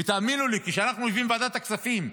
ותאמינו לי, כשאנחנו יושבים בוועדת הכספים,